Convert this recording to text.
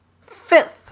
fifth